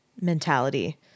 mentality